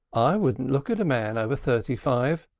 i wouldn't look at a man over thirty-five,